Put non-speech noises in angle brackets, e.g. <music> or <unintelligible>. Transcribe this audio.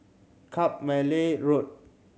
<unintelligible> Road